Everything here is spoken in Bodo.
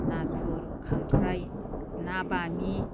नाथुर खांख्राइ ना बामि